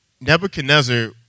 Nebuchadnezzar